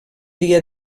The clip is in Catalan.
dia